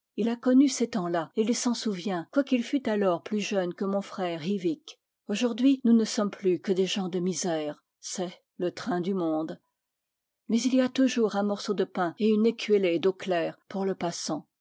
il a connu ces temps-là et il s'en souvient quoiqu'il fût alors plus jeune que mon frère yvic aujourd'hui nous ne sommes plus que des gens de misère c'est le train du monde mais il y a toujours un morceau de pain et une écuellée d'eau claire pour le passant